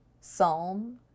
psalm